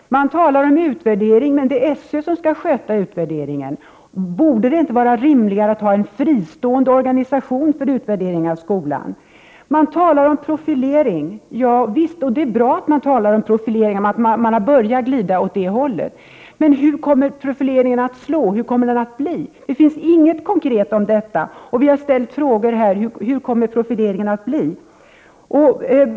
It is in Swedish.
Man talar som sagt om utvärdering, men det är SÖ som skall sköta den. Vore det inte rimligare att ha en fristående organisation för utvärdering av skolan? Man talar om profilering, och det är bra att man har börjat glida åt det hållet. Men hur kommer profileringen att slå? Det finns ingenting konkret om detta, och vi har ställt frågor här: Hur kommer profileringen att bli?